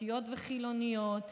דתיות וחילוניות,